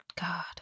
God